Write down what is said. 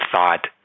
thought